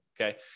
okay